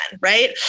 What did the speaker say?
Right